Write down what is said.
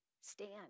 Stand